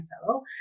fellow